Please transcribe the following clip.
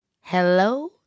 Hello